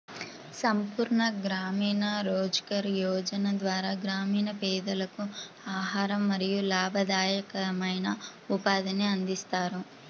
సంపూర్ణ గ్రామీణ రోజ్గార్ యోజన ద్వారా గ్రామీణ పేదలకు ఆహారం మరియు లాభదాయకమైన ఉపాధిని అందిస్తారు